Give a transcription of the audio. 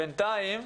בינתיים,